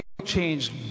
change